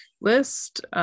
list